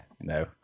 no